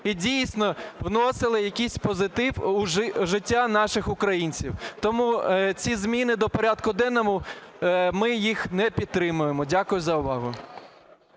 і, дійсно, вносили якийсь позитив у життя наших українців. Тому ці зміни до порядку денного ми їх не підтримуємо. Дякую за увагу.